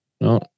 No